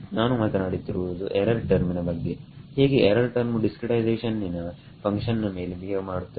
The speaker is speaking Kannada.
ನಾನು ಮಾತನಾಡುತ್ತಿರುವುದು ಎರರ್ ಟರ್ಮಿನ ಬಗ್ಗೆ ಹೇಗೆ ಎರರ್ ಟರ್ಮು ಡಿಸ್ಕ್ರಿಟೈಸೇಷನ್ನಿನ ಫಂಕ್ಷನ್ ನ ಹಾಗೆ ಬಿಹೇವ್ ಮಾಡುತ್ತದೆ